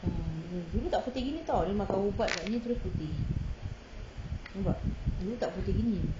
ah ah dulu tak putih gini [tau] dia makan ubat agaknya terus putih nampak dulu tak putih gini